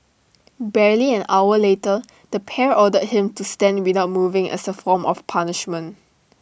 barely an hour later the pair ordered him to stand without moving as A form of punishment